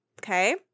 Okay